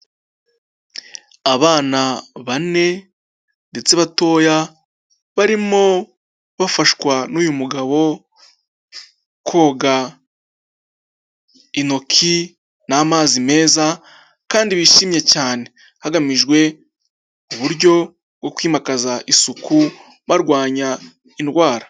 Abana bane ndetse batoya, barimo bafashwa n'uyu mugabo koga intoki n'amazi meza kandi bishimye cyane, hagamijwe uburyo bwo kwimakaza isuku barwanya indwara.